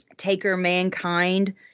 Taker-Mankind